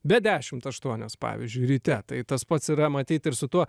be dešimt aštuonios pavyzdžiui ryte tai tas pats yra matyt ir su tuo